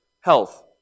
health